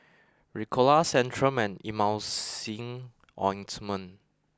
Ricola Centrum and Emulsying Ointment